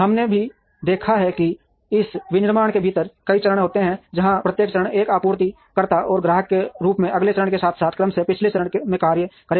हमने यह भी देखा है कि इस विनिर्माण के भीतर कई चरण होते हैं जहां प्रत्येक चरण एक आपूर्तिकर्ता और ग्राहक के रूप में अगले चरण के साथ साथ क्रमशः पिछले चरण में कार्य करेगा